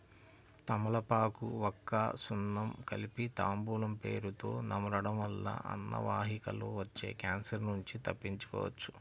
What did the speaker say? తమలపాకు, వక్క, సున్నం కలిపి తాంబూలం పేరుతొ నమలడం వల్ల అన్నవాహికలో వచ్చే క్యాన్సర్ నుంచి తప్పించుకోవచ్చు